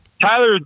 Tyler